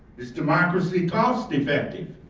is democracy cost effective?